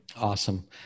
Awesome